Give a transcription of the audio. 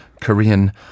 Korean